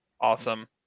awesome